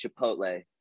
Chipotle